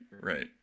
right